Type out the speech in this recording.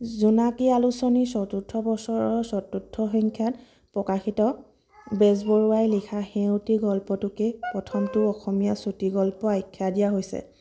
জোনাকী আলোচনীৰ চতুৰ্থ বছৰৰ চতুৰ্থ সংখ্যাত প্ৰকাশিত বেজবৰুৱাই লিখা সেউতী গল্পটোকে প্ৰথমটো অসমীয়া চুটিগল্প আখ্যা দিয়া হৈছে